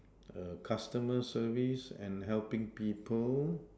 err customer service and helping people